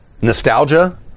nostalgia